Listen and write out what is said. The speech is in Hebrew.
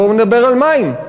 בואו נדבר על מים.